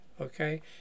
Okay